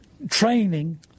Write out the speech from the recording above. training